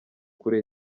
kuri